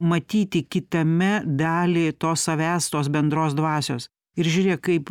matyti kitame dalį to savęs tos bendros dvasios ir žiūrėk kaip